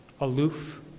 aloof